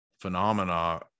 phenomena